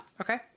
okay